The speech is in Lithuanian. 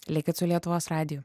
likit su lietuvos radiju